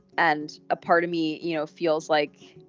and a part of me you know feels like,